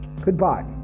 Goodbye